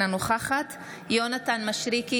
אינה נוכחת יונתן מישרקי,